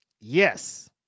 Yes